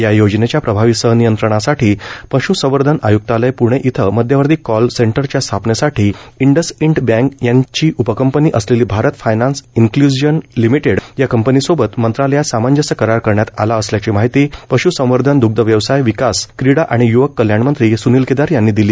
या योजनेच्या प्रभावी संनियंत्रणासाठी पश्संवर्धन आय्क्तालय प्णे इथं मध्यवर्ती कॉल सेंटरच्या स्थापनेसाठी इंडसइंड बँक यांची उपकंपनी असलेली भारत फायनांस इन्क्लूजन लिमिटेड या कंपनीसोबत मंत्रालयात सामंजस्य करार करण्यात आला असल्याची माहिती पश्संवर्धन द्ग्धव्यवसाय विकास क्रीडा आणि यूवक कल्याणमंत्री सुनील केदार यांनी दिली